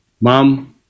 Mom